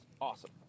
Awesome